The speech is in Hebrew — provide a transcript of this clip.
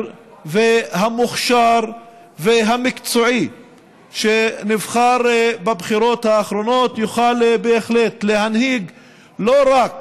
והמוכשר והמקצועי שנבחר בבחירות האחרונות יוכל בהחלט להנהיג לא רק